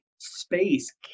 space